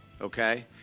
okay